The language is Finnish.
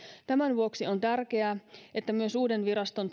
tämän vuoksi on tärkeää että myös uuden viraston